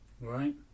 Right